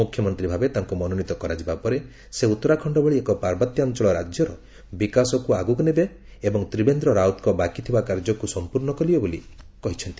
ମୁଖ୍ୟମନ୍ତ୍ରୀ ଭାବେ ତାଙ୍କୁ ମନୋନୀତ କରାଯିବା ପରେ ସେ ଉତ୍ତରାଖଣ୍ଡ ଭଳି ଏକ ପାର୍ବତ୍ୟାଞ୍ଚଳ ରାଜ୍ୟର ବିକାଶକୁ ଆଗକୁ ନେବେ ଏବଂ ତ୍ରିଭେନ୍ଦ୍ର ରାଓ୍ପତଙ୍କ ବାକି ଥିବା କାର୍ଯ୍ୟକୁ ସମ୍ପୂର୍ଣ୍ଣ କରିବେ ବୋଲି କହିଛନ୍ତି